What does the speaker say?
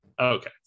Okay